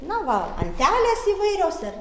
na va antelės įvairios ar